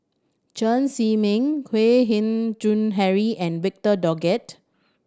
Chen Zhiming Kwek Hian Chuan Henry and Victor Doggett